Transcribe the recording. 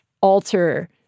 alter